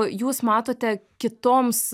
jūs matote kitoms